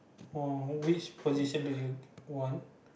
oh which position do you want